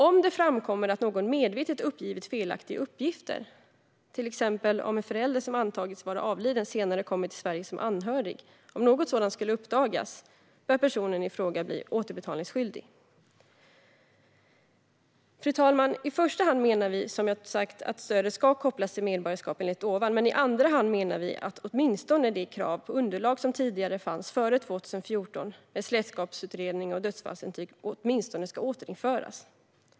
Om det framkommer att någon medvetet har uppgett felaktiga uppgifter, till exempel om en förälder som antagits vara avliden senare kommer till Sverige som anhörig, bör personen ifråga bli återbetalningsskyldig. Fru talman! I första hand menar vi som sagt att stödet ska kopplas till medborgarskap enligt ovan. I andra hand menar vi att de krav på underlag som fanns tidigare före 2014 med släktskapsutredning och dödsfallsintyg åtminstone ska återinföras.